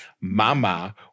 Mama